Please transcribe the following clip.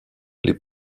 les